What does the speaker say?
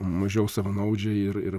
mažiau savanaudžiai ir ir